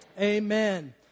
amen